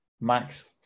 Max